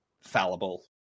fallible